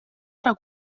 ära